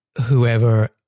whoever